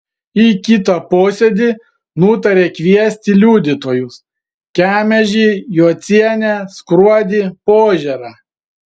į kitą posėdį nutarė kviesti liudytojus kemežį jocienę skruodį požėrą